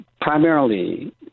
primarily